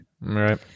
Right